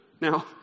Now